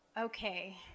Okay